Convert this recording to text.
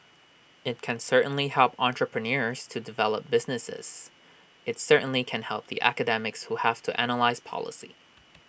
IT can certainly help entrepreneurs to develop businesses IT certainly can help the academics who have to analyse policy